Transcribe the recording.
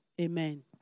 amen